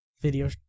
video